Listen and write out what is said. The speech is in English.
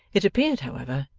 it appeared, however,